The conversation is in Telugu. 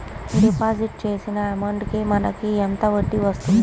డిపాజిట్ చేసిన అమౌంట్ కి మనకి ఎంత వడ్డీ వస్తుంది?